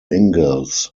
ingalls